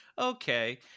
okay